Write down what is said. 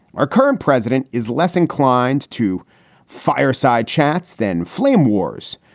our current president is less inclined to fireside chats than flamewars.